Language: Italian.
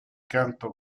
canto